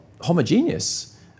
homogeneous